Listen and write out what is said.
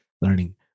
learning